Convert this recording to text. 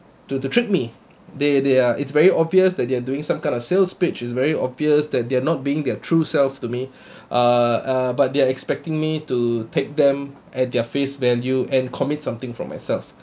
to to trick me they they uh it's very obvious that they are doing some kind of sales pitch which's very obvious that they are not being their true self to me uh uh but they are expecting me to take them at their face value and commit something from myself